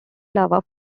lava